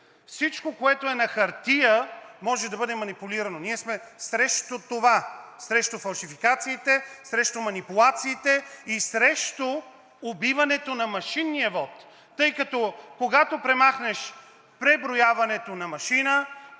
Всичко, което е на хартия, може да бъде манипулирано. Ние сме срещу това – срещу фалшификациите, срещу манипулациите и срещу убиването на машинния вот, тъй като, когато премахнеш преброяването на машина,